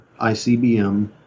ICBM